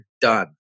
done